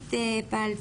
עמית פל,